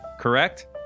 correct